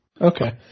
Okay